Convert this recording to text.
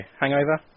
hangover